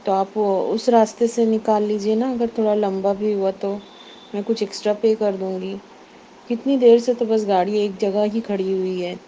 تو آپ وہ اُس راستے سے نكال لیجیے نا اگر تھوڑا لمبا بھی ہُوا تو میں كچھ ایكسٹرا پے کردوں گی کتنی دیر سے تو بس گاڑی ایک جگہ ہی کھڑی ہوئی ہے